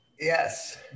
Yes